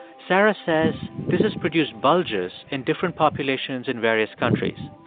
sarah says this has produced bulges in different populations in various countries.